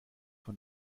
von